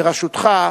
בראשותך,